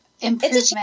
improvement